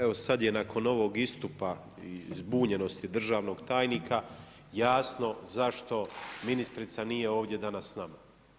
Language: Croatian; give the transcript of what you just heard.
Evo sad je nakon ovog istupa i zbunjenosti državnog tajnika jasno zašto ministrica nije ovdje danas s nama.